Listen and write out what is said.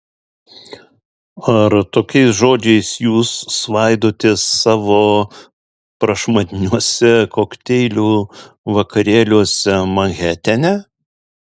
ar tokiais žodžiais jūs svaidotės savo prašmatniuose kokteilių vakarėliuose manhetene